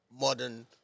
modern